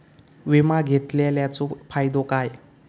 विमा घेतल्याचो फाईदो काय?